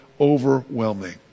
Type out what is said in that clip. overwhelming